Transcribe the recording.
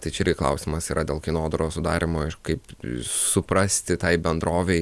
tai čia irgi klausimas yra dėl kainodaros sudarymo ir kaip suprasti tai bendrovei